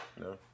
no